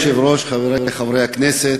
אדוני היושב-ראש, חברי חברי הכנסת,